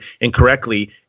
incorrectly